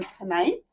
Tonight